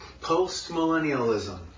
post-millennialism